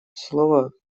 слово